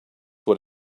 what